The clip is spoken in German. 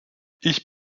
ich